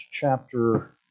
chapter